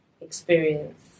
experience